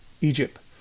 Egypt